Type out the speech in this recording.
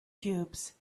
cubes